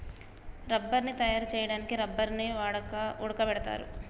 రబ్బర్ని తయారు చేయడానికి రబ్బర్ని ఉడకబెడతారు